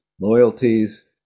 loyalties